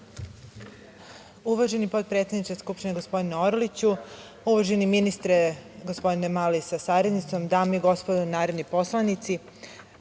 Uvaženi potpredsedniče Skupštine, gospodine Orliću, uvaženi ministre, gospodine Mali sa saradnicima, dame i gospodo narodni poslanici,